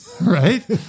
right